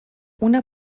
una